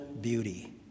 beauty